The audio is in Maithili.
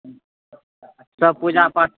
सब पूजा पाठ